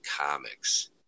comics